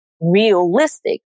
realistic